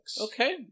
Okay